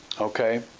Okay